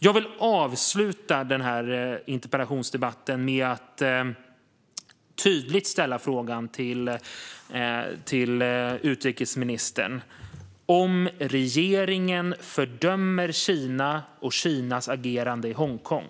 Jag vill avsluta den här interpellationsdebatten med att tydligt ställa frågan till utrikesministern om regeringen fördömer Kina och Kinas agerande i Hongkong.